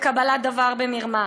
בקבלת דבר במרמה.